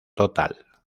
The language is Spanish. total